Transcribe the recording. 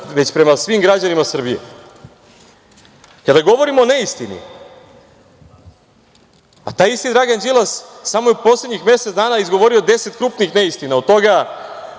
već prema svim građanima Srbije. Kada govorimo o neistini, a taj isti Dragan Đilas je samo u poslednjih mesec dana izgovorio deset krupnih neistina. Od toga